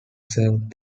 served